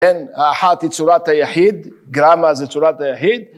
כן, האחת היא צורת היחיד, גרמה זו צורת היחיד.